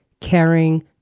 caring